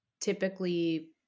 Typically